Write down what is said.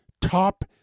top